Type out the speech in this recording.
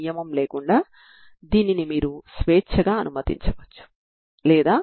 కానీ ఇక్కడ నేను ప్రత్యేకతను చూపించడం లేదు